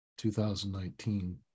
2019